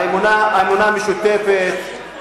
האמונה משותפת,